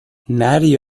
نری